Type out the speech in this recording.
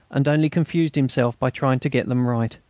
and only confused himself by trying to get them right.